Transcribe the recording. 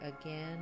again